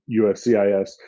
USCIS